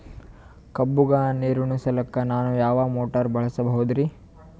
ಕಬ್ಬುಗ ನೀರುಣಿಸಲಕ ನಾನು ಯಾವ ಮೋಟಾರ್ ಬಳಸಬಹುದರಿ?